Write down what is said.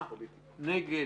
מי נגד?